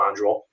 module